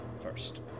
first